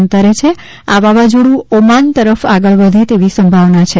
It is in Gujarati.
અંતરે છે આ વાવાઝોડું ઓમાન તરફ આગળ વધે તેવી સંભાવના છે